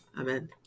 Amen